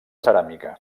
ceràmica